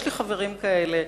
יש לי חברים כאלה,